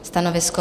Stanovisko?